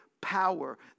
power